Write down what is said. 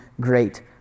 great